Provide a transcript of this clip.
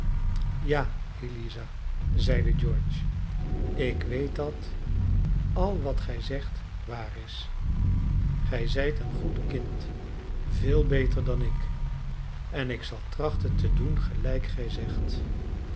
ja eliza zeide george ik weet dat al wat gij zegt waar is gij zijt een goed kind veel beter dan ik en ik zal trachten te doen gelijk